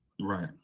right